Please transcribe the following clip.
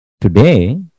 Today